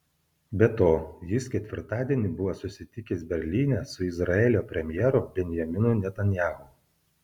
be to jis ketvirtadienį buvo susitikęs berlyne su izraelio premjeru benjaminu netanyahu